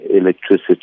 electricity